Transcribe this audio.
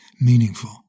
meaningful